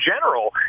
general